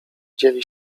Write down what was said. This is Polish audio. dzieli